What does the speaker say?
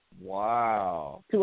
Wow